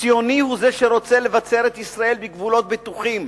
ציוני הוא זה שרוצה לבצר את ישראל בגבולות בטוחים,